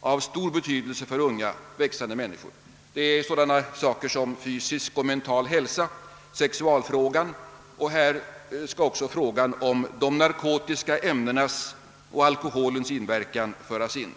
av stor betydelse för unga, växande människor. gäller sådana saker som fysisk mental hälsa samt sexualfrågan. Här skall också frågan om de narkotiska ämnenas och alkoholens verkningar föras in.